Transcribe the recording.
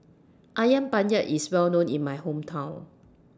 Ayam Penyet IS Well known in My Hometown